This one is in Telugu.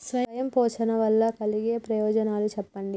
స్వయం పోషణ వల్ల కలిగే ప్రయోజనాలు చెప్పండి?